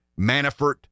Manafort